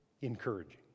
encouraging